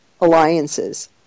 alliances